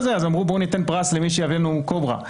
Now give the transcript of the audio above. אז אמרו: ניתן פרס למי שיביא לנו קוברה.